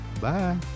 Bye